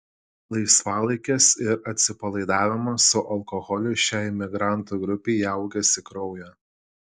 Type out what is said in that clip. laisvalaikis ir atsipalaidavimas su alkoholiu šiai migrantų grupei įaugęs į kraują